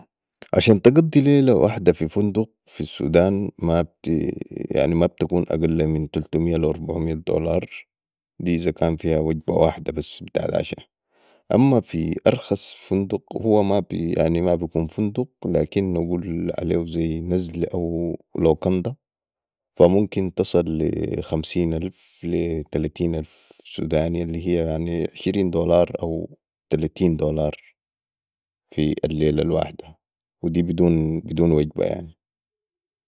عشان تقضي ليله واحده في فندق في السودان مابتكون اقل من تلتميه لي اربعميه دولار ده إذا كان فيها وجبه واحده بس بتاعت عشاء اما في في أرخص فندق هو مابكون فندق لكن نقول عليهو زي نزل او لوكنده فمونكن تصل لي خمسين ألف لي تلتين ألف سوداني الي هيا يعني عشرين دولار او تلتين دولار في اليله الواحده ودي بدون وجبه يعني